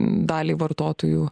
daliai vartotojų